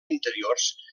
interiors